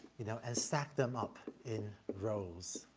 you know, and stack them up in rows.